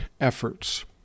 efforts